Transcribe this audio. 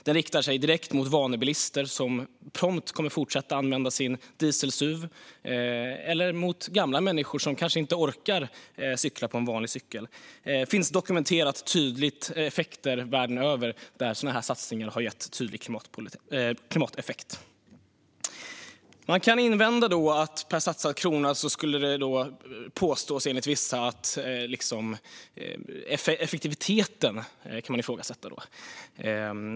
Den riktar sig direkt mot vanebilister som prompt kommer att använda sin dieselsuv eller mot gamla människor som kanske inte orkar cykla på en vanlig cykel. Det finns dokumenterat världen över att sådana satsningar har gett en tydlig klimateffekt. Man kan, påstår vissa, invända att effektiviteten per satsad krona kan ifrågasättas.